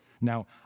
Now